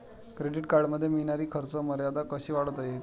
Credit कार्डमध्ये मिळणारी खर्च मर्यादा कशी वाढवता येईल?